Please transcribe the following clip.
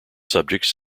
subjects